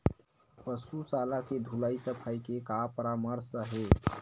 पशु शाला के धुलाई सफाई के का परामर्श हे?